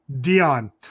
Dion